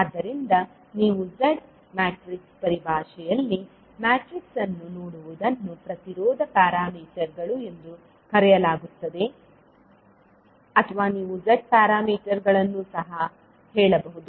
ಆದ್ದರಿಂದ ನೀವು z ಪರಿಭಾಷೆಯಲ್ಲಿ ಮ್ಯಾಟ್ರಿಕ್ಸ್ ಅನ್ನು ನೋಡುವುದನ್ನು ಪ್ರತಿರೋಧ ಪ್ಯಾರಾಮೀಟರ್ಗಳು ಎಂದು ಕರೆಯಲಾಗುತ್ತದೆ ಅಥವಾ ನೀವು z ಪ್ಯಾರಾಮೀಟರ್ಗಳನ್ನು ಸಹ ಹೇಳಬಹುದು